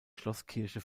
schlosskirche